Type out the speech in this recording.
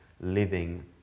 living